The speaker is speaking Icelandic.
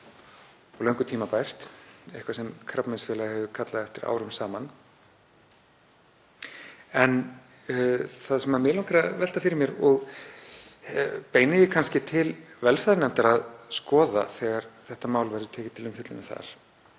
og löngu tímabært, eitthvað sem Krabbameinsfélagið hefur kallað eftir árum saman. En það sem mig langar að velta fyrir mér, og ég beini því til velferðarnefndar að skoða þegar þetta mál verður tekið til umfjöllunar þar,